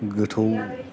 गोथौ